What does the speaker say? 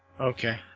Okay